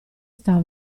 sta